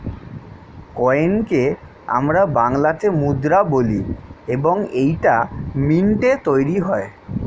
কয়েনকে আমরা বাংলাতে মুদ্রা বলি এবং এইটা মিন্টে তৈরী হয়